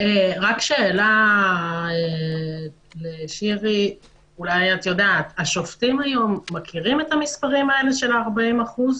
שאלה לשירי: השופטים היום מכירים את המספרים של ה-40%?